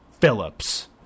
Phillips